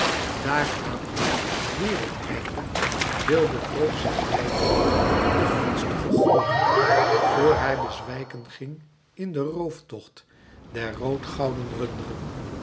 daar aan dien wereldeinder wilde vroom zich wijden den gunstigen goden voor hij bezwijken ging in den rooftocht der roodgouden runderen